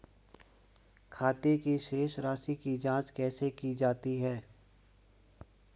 खाते की शेष राशी की जांच कैसे की जाती है?